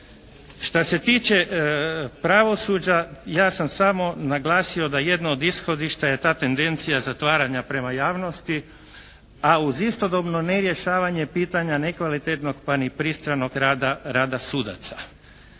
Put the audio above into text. Što se tiče pravosuđa ja sam samo naglasio da jedno od ishodišta je ta tendencija zatvaranja prema javnosti, a uz istodobno nerješavanje pitanja nekvalitetnog pa ni pristranog rada rada